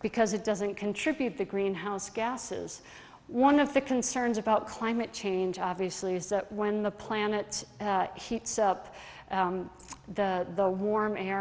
because it doesn't contribute to greenhouse gases one of the concerns about climate change obviously is that when the planet heats up the warm air